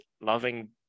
loving